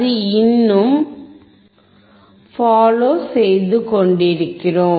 அது இன்னும் ஃபாலோ செய்து கொண்டிருக்கிறது